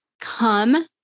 come